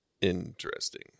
interesting